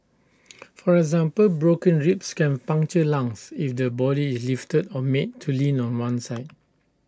for example broken ribs can puncture lungs if the body is lifted or made to lean on one side